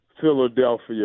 Philadelphia